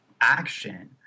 action